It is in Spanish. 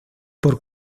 por